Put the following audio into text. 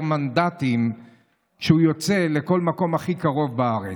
מנדטים כשהוא יוצא לכל מקום הכי קרוב בארץ.